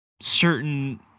certain